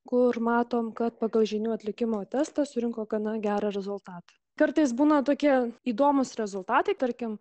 kur matome kad pagal žinių atlikimo testą surinko gana gerą rezultatą kartais būna tokie įdomūs rezultatai tarkim